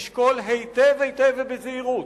לשקול היטב ובזהירות,